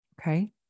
Okay